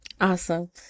Awesome